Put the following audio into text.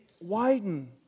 widen